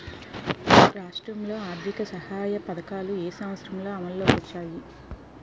రాష్ట్రంలో ఆర్థిక సహాయ పథకాలు ఏ సంవత్సరంలో అమల్లోకి వచ్చాయి?